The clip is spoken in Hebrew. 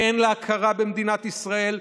כן להכרה במדינת ישראל,